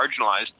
marginalized